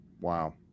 Wow